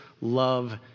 love